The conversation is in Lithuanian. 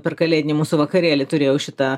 per kalėdinį mūsų vakarėlį turėjau šitą